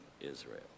Israel